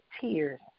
tears